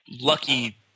lucky